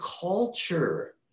culture